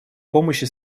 помощи